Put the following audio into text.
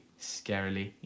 scarily